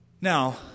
Now